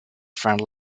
friend